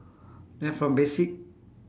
then from basic